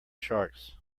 sharks